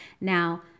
Now